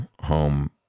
home